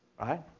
right